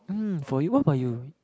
um for you what about you